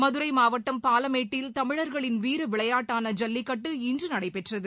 மதுரை மாவட்டம் பாலமேட்டில் தமிழர்களின் வீர விளையாட்டாள ஐல்லிக்கட்டு இன்று நடைபெற்றது